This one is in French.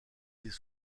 des